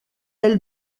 elle